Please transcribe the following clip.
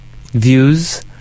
views